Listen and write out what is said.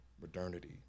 modernity